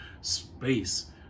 space